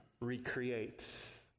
recreates